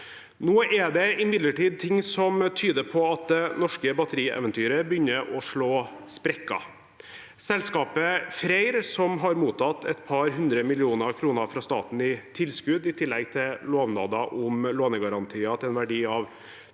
Nå er det imidlertid ting som tyder på at det norske batterieventyret begynner å slå sprekker. Selskapet Freyr, som har mottatt et par hundre millioner kroner fra staten i tilskudd i tillegg til lovnader om lånegarantier til en verdi av drøyt